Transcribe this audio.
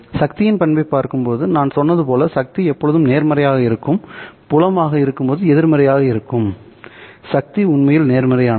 சக்தியின் பண்பைப் பார்க்கும்போது நான் சொன்னது போல சக்தி எப்பொழுதும் நேர்மறையாக இருக்கும் புலமாக இருக்கும்போது எதிர்மறையாக இருக்கும் சக்தி உண்மையில் நேர்மறையானது